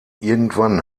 irgendwann